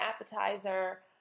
appetizer